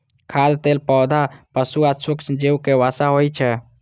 खाद्य तेल पौधा, पशु आ सूक्ष्मजीवक वसा होइ छै